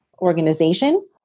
organization